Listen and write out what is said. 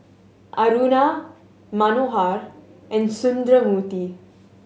Aruna Manohar and Sundramoorthy